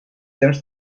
temps